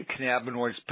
cannabinoids